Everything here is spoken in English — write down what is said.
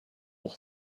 all